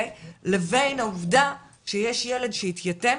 לבין העובדה שיש ילד שהתייתם,